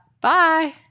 Bye